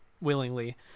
willingly